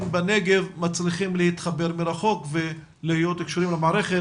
בנגב מצליחים להתחבר מרחוק ולהיות קשורים למערכת.